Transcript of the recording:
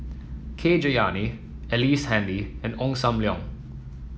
K Jayamani Ellice Handy and Ong Sam Leong